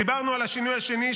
דיברנו על השינוי השני,